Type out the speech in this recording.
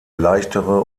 leichtere